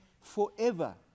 forever